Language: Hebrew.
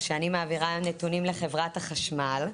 או שאני מעבירה נתונים לחברת החשמל,